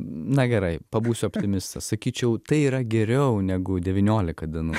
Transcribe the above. na gerai pabūsiu optimistas sakyčiau tai yra geriau negu devyniolika dienų